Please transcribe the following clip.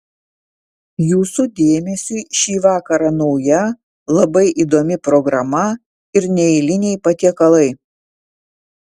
jūsų dėmesiui šį vakarą nauja labai įdomi programa ir neeiliniai patiekalai